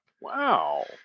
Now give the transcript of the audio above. Wow